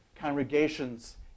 Congregations